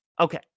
Okay